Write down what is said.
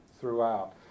throughout